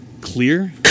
clear